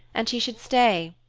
and she should stay.